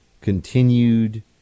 continued